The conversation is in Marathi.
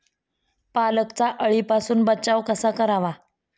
पालकचा अळीपासून बचाव कसा करावा?